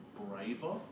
braver